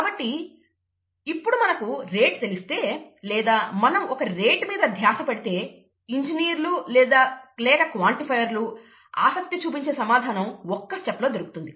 కాబట్టి ఇప్పుడు మనకు రేట్ తెలిస్తే లేదా మనం రేట్ మీద ధ్యాస పెడితే ఇంజనీర్లు లేక క్వాంటిఫైర్లు ఆసక్తి చూపించే సమాధానం ఒక్క స్టెప్ లో దొరుకుతుంది